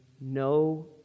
no